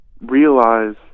realize